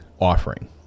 offering